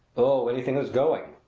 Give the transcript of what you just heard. oh, anything that's going,